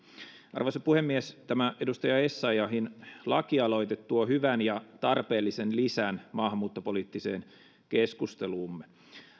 arvoisa puhemies tämä edustaja essayahin lakialoite tuo hyvän ja tarpeellisen lisän maahanmuuttopoliittiseen keskusteluumme